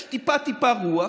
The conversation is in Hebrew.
יש טיפה טיפה רוח,